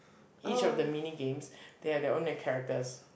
each of the mini games they have their own characters